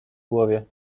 głowie